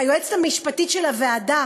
היועצת המשפטית של הוועדה,